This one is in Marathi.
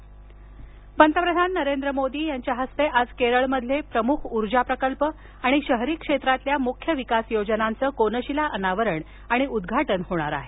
मोदी केरळ पंतप्रधान नरेंद्र मोदी यांच्या हस्ते आज केरळमधील प्रमुख ऊर्जाप्रकल्प आणि शहरी क्षेत्रातील मुख्य विकास योजनांचं कोनशिला अनावरण आणि उद्घाटन होणार आहे